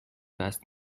fast